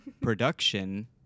production